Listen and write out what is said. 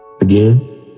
Again